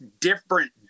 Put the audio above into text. different